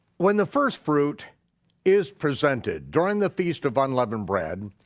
when the first fruit is presented during the feast of unleavened bread,